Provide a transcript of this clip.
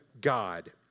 God